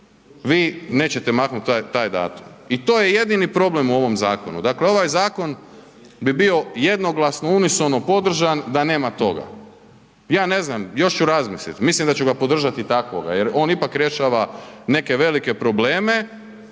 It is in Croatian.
vi nećete maknuti taj datum i to je jedini problem u ovom zakonu. Dakle ovaj zakon bi bio jednoglasno unisono podržan da nema toga. Ja ne znam, još ću razmisliti, mislim da ću ga podržati takvoga jer on ipak rješava neke velike probleme,